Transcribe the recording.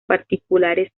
particulares